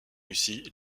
russie